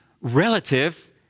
relative